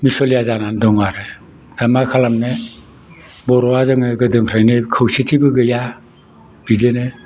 मिस'लिया जानानै दं आरो आर मा खालामनो बर'आ जोङो गोदोनिफ्रायनो खौसेथिबो गैया बिदिनो